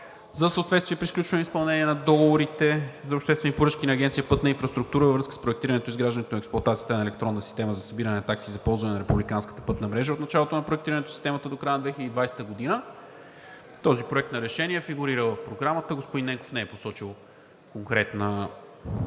за съответствие при сключването и изпълнението на договорите за обществени поръчки на Агенция „Пътна инфраструктура“ във връзка с проектирането, изграждането и експлоатацията на електронна система за събиране на такси за ползване на републиканската пътна мрежа от началото на проектирането на системата до края на 2020 г. Този проект на решение фигурира в Програмата. Господин Ненков не е посочил конкретно